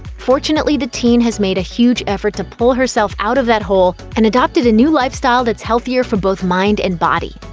fortunately, the teen has made a huge effort to pull herself out of that hole and adopted a new lifestyle that's healthier for both mind and body.